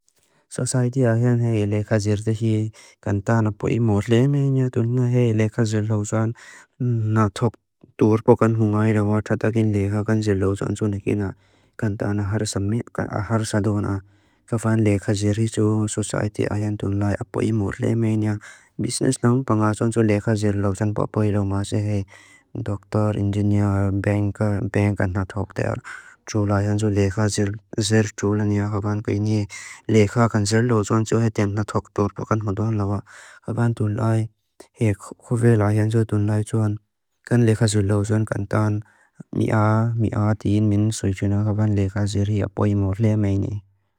Saasaiti ayaan hae leikha zirte hii. Kantaan apoi morle meini. Tundna hae leikha zirlauzan. Na thok turkokan hungaila watatakin leikha kan zirlauzansu nikina. Kantaan ahar sado na kafan leikha zir hitu. Saasaiti ayaan tunlai apoi morle meini. Bisnesna hung pangaazansu leikha zirlauzan. Apoi lo maze hae doktor, ingeniear, benga, benga kanta thoktear. Txula ayaan zo leikha zir txulani a hafan kaini leikha kan zirlauzansu hae temna thok turkokan hungaila watatakin leikha kan zirlauzansu nikina. Kantaan ahar sado na kafan leikha zir hitu. Saasaiti ayaan tunlai apoi morle meini.